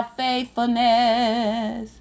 faithfulness